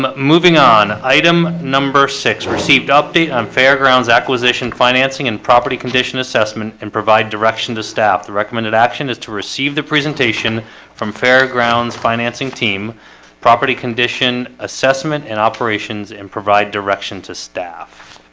moving on item number six received update on fairgrounds acquisition financing and property condition assessment and provide direction to staff the recommended action is to receive the presentation from fairgrounds financing team property condition assessment and operations and provide direction to staff